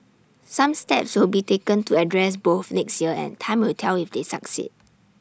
some steps will be taken to address both next year and time will tell if they succeed